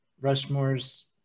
rushmore's